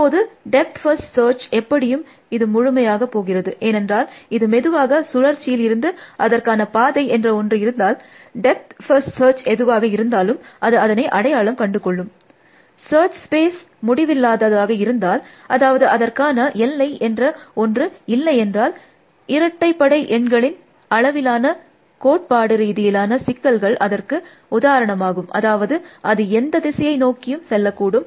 இப்போது breadth first search எப்படியும் இது முழுமையாக போகிறது ஏனென்றால் இது மெதுவாக சுழற்சியில் இருந்து அதற்கான பாதை என்ற ஒன்று இருந்தால் டெப்த் ஃபர்ஸ்ட் சர்ச் எதுவாக இருந்தாலும் அது அதனை அடையாளம் கண்டு கொள்ளும் சர்ச் ஸ்பேஸ் முடிவில்லாததாக இருந்தால் அதாவது அதற்கான எல்லை என்ற ஒன்று இல்லையென்றால் இரட்டைப்படை எண்களின் அளவிலான கோட்பாடு ரீதியிலான சிக்கல்கள் அதற்கு உதாரணமாகும் அதாவது அது எந்த திசையை நோக்கியும் செல்லக்கூடும்